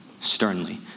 sternly